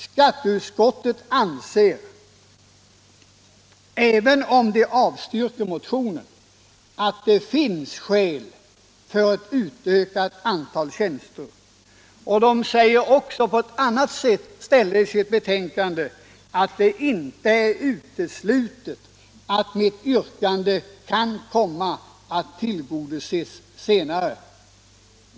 Skatteutskottet anser, även om man avstyrker motionen, att det finns skäl för ett utökat antal tjänster, och man säger på ett annat ställe i sitt betänkande att det inte är uteslutet att mitt yrkande kan komma att tillgodoses senare.